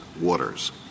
waters